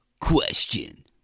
Question